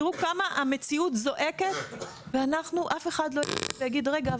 תראו כמה המציאות זועקת ואף אחד לא עוצר להגיד: רגע,